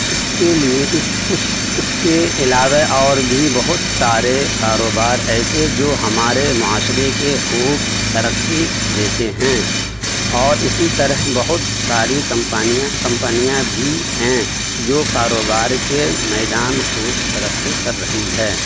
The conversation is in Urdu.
اس کے لیے اس اس اس کے علاوہ اور بھی بہت سارے کاروبار ایسے جو ہمارے معاشرے کے خوب ترقی دیتے ہیں اور اسی طرح بہت ساری کمپنیاں کمپنیاں بھی ہیں جو کاروبار کے میدان خوب ترقی کر رہی ہیں